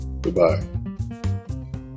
Goodbye